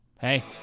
hey